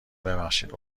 ببخشید